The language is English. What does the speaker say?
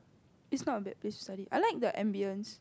it's not a bad place to study I like the ambience